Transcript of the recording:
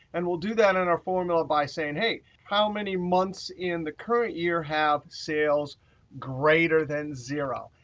and we'll do that in our formula by saying hey, how many months in the current year have sales greater than zero?